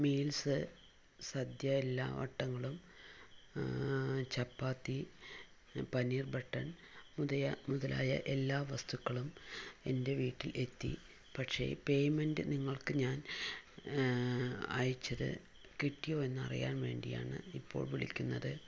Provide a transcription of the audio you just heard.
meals sadya എല്ലാ വട്ടങ്ങളും ചപ്പാത്തി പിന്നെ പനീർ ബട്ടർ മുതലായ എല്ലാ വസ്തുക്കളും എൻ്റെ വീട്ടിൽ എത്തി പക്ഷെ പേയ്മെന്റ് നിങ്ങൾക്ക് ഞാൻ അയച്ചത് കിട്ടിയോ എന്നറിയാൻ വേണ്ടിയാണ് ഇപ്പോൾ വിളിക്കുന്നത്